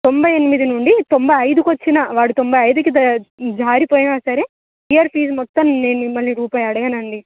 తొంభై ఎనిమిది నుండి తొంభై ఐదుకు వచ్చిన వాడు తొంభై ఐదుకు దా జారిపోయిన సరే ఇయర్ ఫీజ్ మొత్తం నేను మిమ్మలను రూపాయి అడగనండి